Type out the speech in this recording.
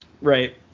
right